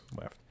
left